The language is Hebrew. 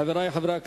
חברי חברי הכנסת,